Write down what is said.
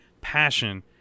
passion